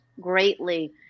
greatly